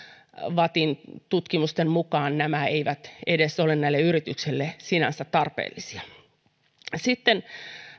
vattin tutkimusten mukaan nämä eivät edes ole näille yrityksille sinänsä tarpeellisia